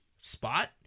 Spot